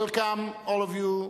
Welcome, all of you,